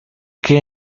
que